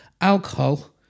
alcohol